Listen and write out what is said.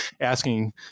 asking